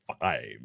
five